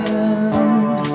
end